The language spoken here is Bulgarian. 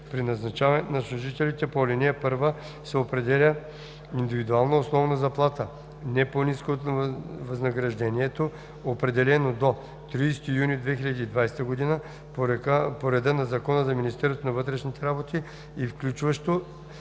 При назначаването на служителите по ал. 1 се определя индивидуална основна заплата, не по-ниска от възнаграждението, определено до 30 юни 2020 г. по реда на Закона за Министерството на вътрешните работи и включващо